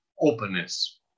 openness